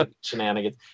shenanigans